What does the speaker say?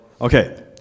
Okay